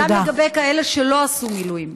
גם לגבי כאלה שלא עשו מילואים.